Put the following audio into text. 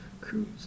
Cruise